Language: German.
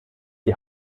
die